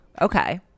okay